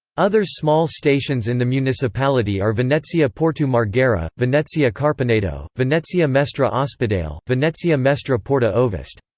others small stations in the municipality are venezia porto marghera, venezia carpenedo, venezia mestre ah ospedale, venezia mestre porta ovest.